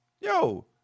yo